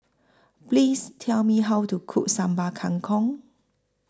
Please Tell Me How to Cook Sambal Kangkong